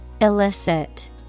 Illicit